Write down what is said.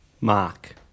mark